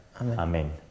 Amen